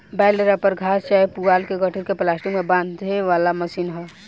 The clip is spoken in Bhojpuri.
बेल रैपर घास चाहे पुआल के गठरी के प्लास्टिक में बांधे वाला मशीन ह